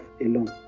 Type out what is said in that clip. alone